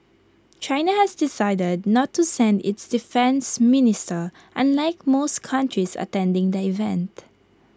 China has decided not to send its defence minister unlike most countries attending the event